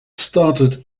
started